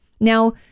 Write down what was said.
now